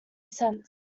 cents